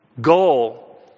goal